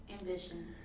ambition